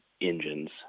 engines